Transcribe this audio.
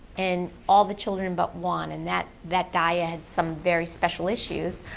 and all the children but one and that that guy ah had some very special issues.